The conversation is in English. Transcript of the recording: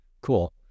Cool